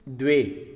द्वे